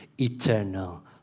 eternal